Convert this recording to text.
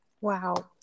Wow